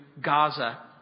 Gaza